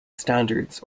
standards